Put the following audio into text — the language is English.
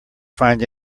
find